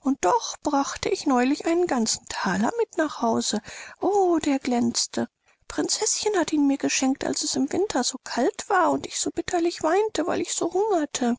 und doch brachte ich neulich einen ganzen thaler mit nach hause o der glänzte prinzeßchen hatte ihn mir geschenkt als es im winter so kalt war und ich so bitterlich weinte weil mich so hungerte